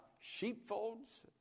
sheepfolds